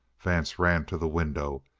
vance ran to the window.